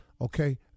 Okay